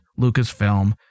Lucasfilm